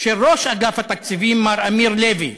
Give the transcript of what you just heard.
של ראש אגף התקציבים, מר אמיר לוי,